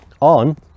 on